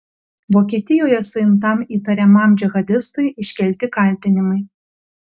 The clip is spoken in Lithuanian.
vokietijoje suimtam įtariamam džihadistui iškelti kaltinimai